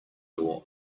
your